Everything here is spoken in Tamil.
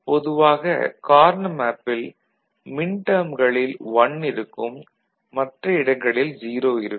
பொதுவாக கார்னா மேப்பில் மின்டேர்ம்களில் 1 இருக்கும் மற்ற இடங்களில் 0 இருக்கும்